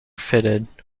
fitted